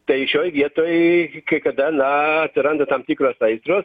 tai šioj vietoj kai kada na atsiranda tam tikros aistros